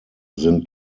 sind